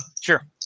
Sure